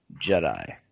Jedi